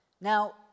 Now